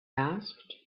asked